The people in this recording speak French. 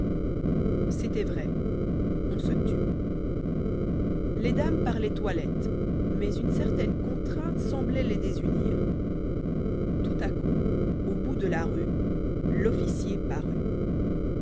c'était vrai on se tut les dames parlaient toilette mais une certaine contrainte semblait les désunir tout a coup au bout de la rue l'officier parut